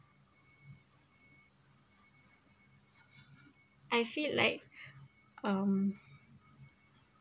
I feel like um